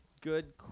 good –